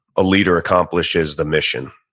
a leader accomplishes the mission.